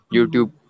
YouTube